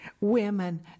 Women